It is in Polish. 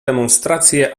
demonstracje